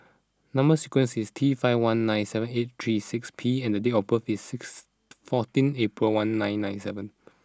number sequence is T five one nine seven eight three six P and date of birth is six fourteen April one nine nine seven